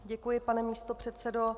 Děkuji, pane místopředsedo.